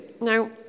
Now